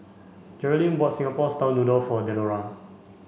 Jerrilyn bought Singapore style noodles for Delora